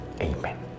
Amen